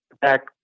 back